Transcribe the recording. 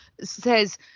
says